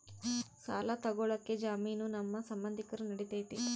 ಸಾಲ ತೊಗೋಳಕ್ಕೆ ಜಾಮೇನು ನಮ್ಮ ಸಂಬಂಧಿಕರು ನಡಿತೈತಿ?